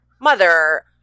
mother